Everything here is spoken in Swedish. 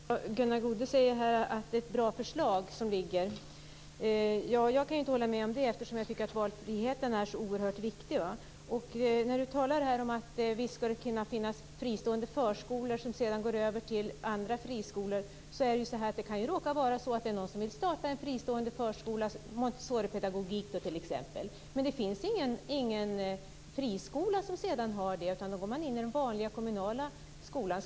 Fru talman! Gunnar Goude säger att ett bra förslag har lagts fram. Jag kan inte hålla med om det, eftersom jag tycker att valfriheten är så oerhört viktig. Gunnar Goude talar om att det visst skall kunna finnas fristående förskolor som sedan övergår till andra friskolor. Det kan finnas någon som startar en fristående förskola, t.ex. med Montessoripedagogik, men sedan finns det inte någon friskola med samma pedagogik. Då övergår man till den vanliga kommunala skolan.